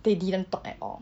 they didn't talk at all